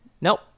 Nope